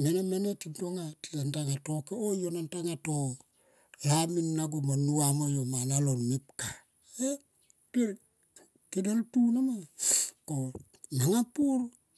mene mene tin tonga tison tanga to ke. Oh yo na tanga to lami na go mo nua mo yo mana lon mepka. Ke deltu nama ko manga pur.